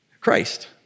Christ